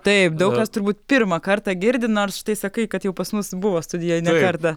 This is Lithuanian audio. taip daug kas turbūt pirmą kartą girdi nors štai sakai kad jau pas mus buvo studijoj ne kartą